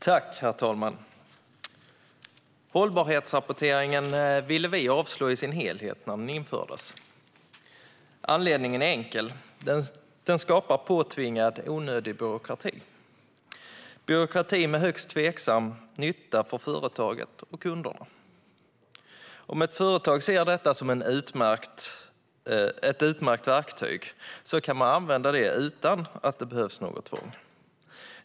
Herr talman! Hållbarhetsrapporteringen ville vi sverigedemokrater avslå i dess helhet när den infördes. Anledningen är enkel; den skapar påtvingad onödig byråkrati. Det är byråkrati med högst tveksam nytta för företaget och kunderna. Om ett företag ser rapporteringen som ett utmärkt verktyg kan den användas utan tvång.